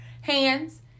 hands